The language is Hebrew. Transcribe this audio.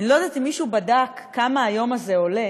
אני לא יודעת אם מישהו בדק כמה היום הזה עולה